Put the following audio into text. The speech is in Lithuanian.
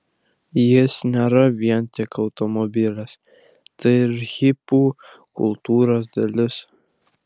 jis nėra vien tik automobilis tai ir hipių kultūros dalis